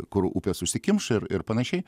kur upės užsikimš ir ir panašiai